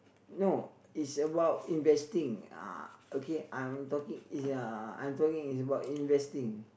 no it's about investing uh okay I'm talking ya I'm talking is about investing